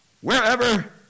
wherever